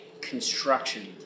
construction